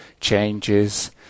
changes